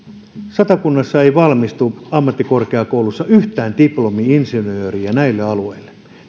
ei valmistu ammattikorkeakoulussa yhtään diplomi insinööriä näille alueille